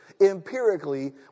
Empirically